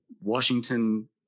Washington